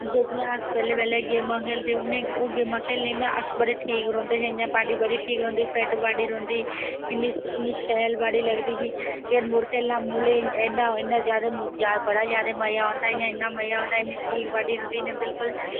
जेह्कियां अस पैह्लें पैह्लें गेमां खेल्लदे ते ओह् गेमां खेल्लने कन्नै अस बड़े ठीक रौहंदे हे इंया बॉडी बड़ी ठीक रौहंदी बॉडी फिट रौहंदी इन्नी शैल बॉडी लगदी ही कैरम बोर्ड खेल्ला मुल्लें इन्ना जादै मज़ा आंदा हा इंया इन्ना मज़ा आंदा हा ठीक बॉडी रौहंदी इंया बिल्कुल